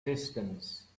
distance